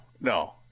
no